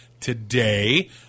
today